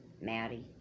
Maddie